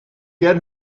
get